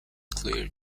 clear